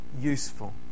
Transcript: Useful